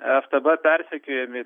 ftb persekiojami